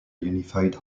unified